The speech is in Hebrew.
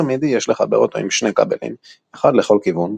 מידי יש לחבר אותו עם שני כבלים אחד לכל כיוון.